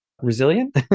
resilient